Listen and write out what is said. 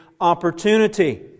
opportunity